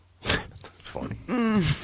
Funny